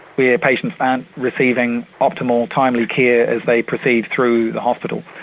where patients aren't receiving optimal, timely care as they proceed through the hospital.